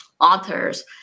authors